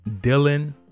Dylan